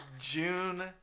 June